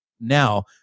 now